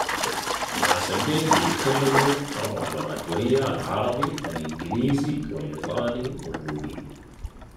ناس البيت بيتكلموا اربعة لغات و هي العربي، الانجليزي، و الايطالي و النوبي.